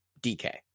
DK